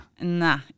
nah